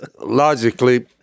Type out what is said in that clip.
logically